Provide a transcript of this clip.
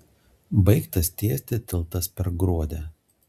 baigtas tiesti tiltas per gruodę